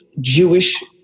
Jewish